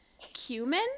cumin